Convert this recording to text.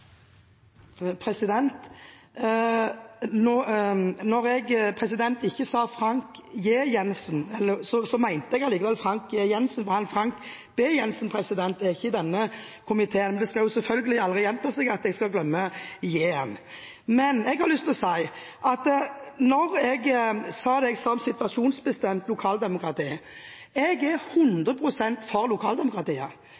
jeg ikke sa Frank J. Jenssen, så mente jeg likevel Frank J. Jenssen, for Frank B.-Jensen er ikke i denne komiteen. Men det skal selvfølgelig aldri gjenta seg at jeg glemmer J-en! Til det jeg sa om situasjonsbestemt lokaldemokrati: Jeg er hundre prosent for lokaldemokratiet. Jeg har sagt i radioen før og jeg sier det her igjen, og det mener jeg,